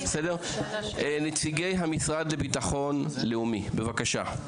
נציגי המשרד לביטחון לאומי, בבקשה.